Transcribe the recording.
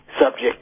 subject